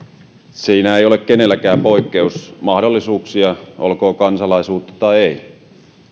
siinä ei ole kenelläkään poikkeusmahdollisuuksia olkoon kansalaisuutta tai ei